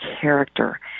character